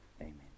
amen